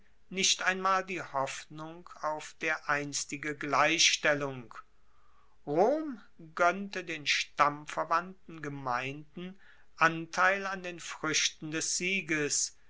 nicht einmal die hoffnung auf dereinstige gleichstellung rom goennte den stammverwandten gemeinden anteil an den fruechten des sieges